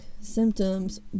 symptoms